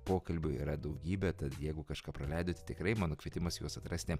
pokalbių yra daugybė tad jeigu kažką praleidote tikrai mano kvietimas juos atrasti